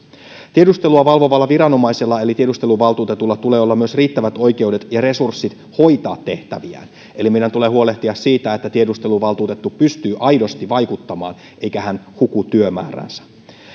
tiedustelua valvovalla viranomaisella eli tiedusteluvaltuutetulla tulee olla myös riittävät oikeudet ja resurssit hoitaa tehtäviään eli meidän tulee huolehtia siitä että tiedusteluvaltuutettu pystyy aidosti vaikuttamaan eikä hän huku työmääräänsä